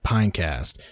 Pinecast